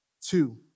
Two